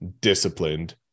disciplined